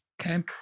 Okay